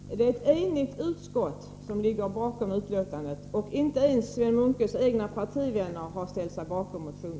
Herr talman! Det är ett enigt utskott som står bakom betänkandet. Inte ens Sven Munkes egna partivänner har stött hans motion.